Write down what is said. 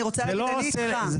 אני רוצה להגיד שאני איתך.